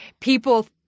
people